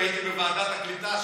הייתי בוועדת הקליטה,